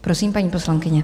Prosím, paní poslankyně.